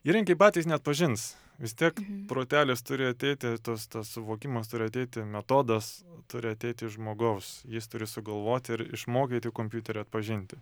įrankiai patys neatpažins vis tiek protelis turi ateiti tos suvokimas turi ateiti metodas turi ateiti žmogaus jis turi sugalvoti ir išmokyti kompiuterį atpažinti